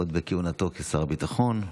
עוד בכהונתו כשר ביטחון,